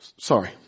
Sorry